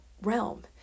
realm